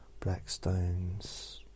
blackstones